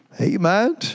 Amen